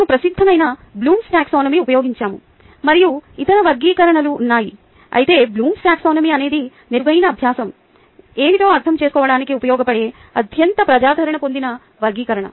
మేము ప్రసిద్దమైన Bloom's taxonomy taxonomy ఉపయోగించాము మరియు ఇతర వర్గీకరణలు ఉన్నాయి అయితే బ్లూమ్స్ టాక్సానమీBloom's taxonomy అనేది మెరుగైన అభ్యాసం ఏమిటో అర్థం చేసుకోవడానికి ఉపయోగపడే అత్యంత ప్రజాదరణ పొందిన వర్గీకరణ